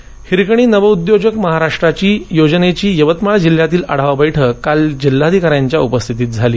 यवतमाळ हिरकणी नवउद्योजक महाराष्ट्राची या योजनेची यवतमाळ जिल्ह्यातील आढावा बैठक काल जिल्हाधिकाऱ्यांच्या उपस्थितीत झाली